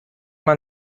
man